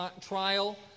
trial